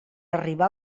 arribar